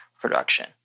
production